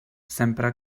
sempre